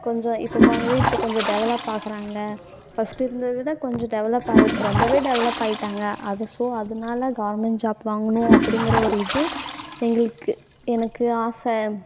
கொஞ்சம் இப்போ போனது இப்போ கொஞ்சம் டெவலப் ஆகுறாங்க ஃபஸ்ட்டு இருந்தது விட இப்போ கொஞ்சம் டெவலப் ஆகி ரொம்பவே டெவலப் ஆகிட்டாங்க அது ஸோ அதனால கவர்மெண்ட் ஜாப் வாங்கணும் அப்படிங்கிற ஒரு இது எங்களுக்கு எனக்கு ஆசை